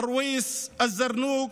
א-רויס, א-זרנוג,